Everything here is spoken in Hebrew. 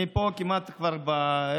אני פה כמעט כבר רציתי,